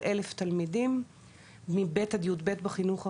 1,000 תלמידים מב' עד י"ב בחינוך הרגיל,